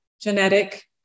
genetic